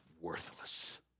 worthless